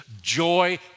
Joy